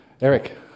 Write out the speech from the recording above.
Eric